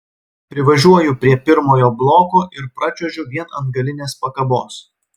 privažiuoju prie pirmojo bloko ir pračiuožiu vien ant galinės pakabos